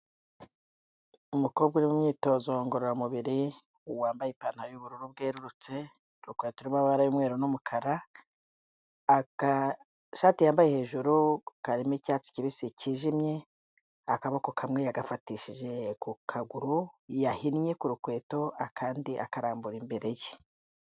Umukobwa uri mu myitozo ngororamubiri wambaye ipantaro y'ubururu bwerurutse, urukweto rw'amabara y'umweru n'umukara, agashati yambaye hejuru karimo icyatsi kibisi cyijimye, akaboko kamwe yagafatishije ku kaguru yahinnye ku rukweto, akandi akarambura imbere ye.